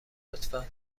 لطفا